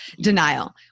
denial